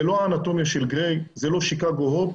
זה לא האנטומיה של גריי, זה לא שיקאגו הופ,